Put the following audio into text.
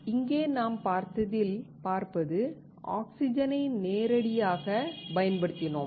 இங்கே நாம் பார்த்ததில் பார்ப்பது ஆக்ஸிஜனை நேரடியாக பயன்படுத்தினோம்